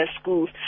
schools